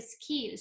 skills